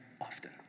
often